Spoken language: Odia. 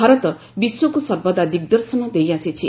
ଭାରତ ବିଶ୍ୱକୁ ସର୍ବଦା ଦିଗ୍ଦର୍ଶନ ଦେଇଆସିଛି